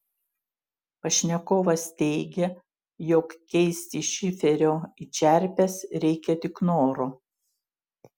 pašnekovas teigia jog keisti šiferio į čerpes reikia tik noro